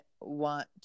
want